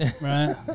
right